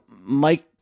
Mike